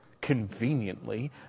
conveniently